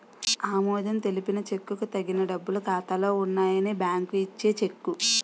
ఆమోదం తెలిపిన చెక్కుకు తగిన డబ్బులు ఖాతాలో ఉన్నాయని బ్యాంకు ఇచ్చే చెక్కు